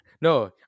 No